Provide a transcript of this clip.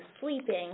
sleeping